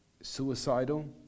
suicidal